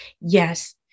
Yes